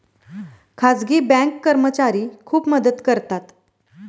खाजगी बँक कर्मचारी खूप मदत करतात